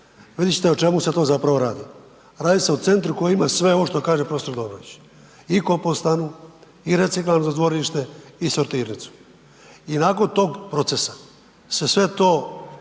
vidit ćete o čemu se tu zapravo radi. Radi se o centru koji ima sve ovo što kaže prof. Dobrović, i kompostanu, i reciklažno dvorište i sortirnicu. I nakon tog procesa se sve to,